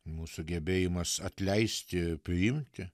mūsų sugebėjimas atleisti priimti